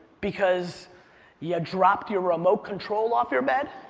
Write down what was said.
because you dropped your remote control off your bed,